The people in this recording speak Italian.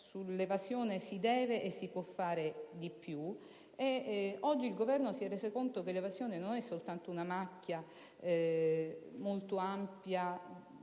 sull'evasione si deve e si può fare di più. Oggi il Governo si è reso conto che l'evasione non è soltanto una macchia molto ampia